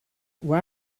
why